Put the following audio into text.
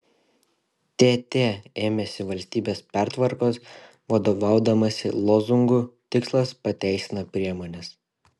tt ėmėsi valstybės pertvarkos vadovaudamasi lozungu tikslas pateisina priemones